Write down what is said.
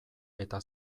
eta